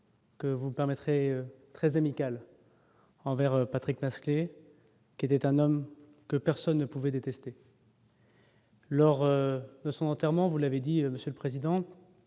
Que vous permettrez très amical envers Patrick masqués qui était un homme que personne ne pouvait détester. Lors de son enterrement, vous l'avez dit, monsieur le président,